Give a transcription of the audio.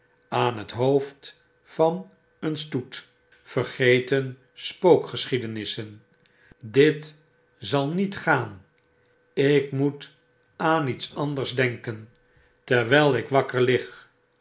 aan het hoofd van een stoet vergeten spookgeschiedenissen dit zal niet gaan ik moet aan iets anders denken terwijl ik wakker lig